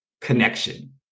connection